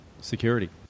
security